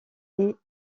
est